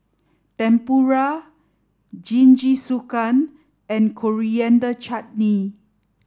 Tempura Jingisukan and Coriander Chutney